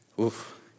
oof